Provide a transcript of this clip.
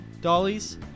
dollies